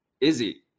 Izzy